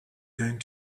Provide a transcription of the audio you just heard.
going